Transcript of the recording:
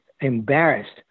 embarrassed